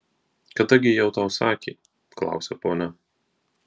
kada gi ji tau sakė klausia ponia